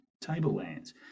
tablelands